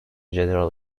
general